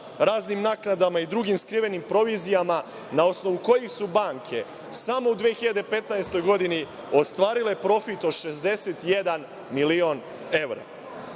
raznim naknadama i drugim skrivenim provizijama, na osnovu kojih su banke samo u 2015. godini ostvarile profit od 61 milion evra? Kada